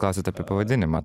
klausiat apie pavadinimą